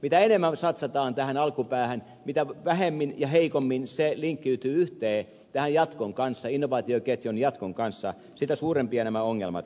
mitä enemmän satsataan tähän alkupäähän mitä vähemmän ja heikommin se linkkiytyy yhteen tämän innovaatioketjun jatkon kanssa sitä suurempia nämä ongelmat ovat